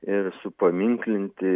ir supaminklinti